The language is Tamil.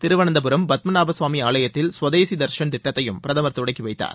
திருவனந்தபுரம் பத்மநாபசாமி ஆலயத்தில் சுவதேசி தர்ஷன் திட்டத்தையும் பிரதமர் தொடங்கி வைத்தார்